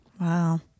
Wow